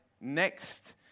next